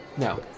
No